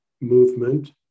movement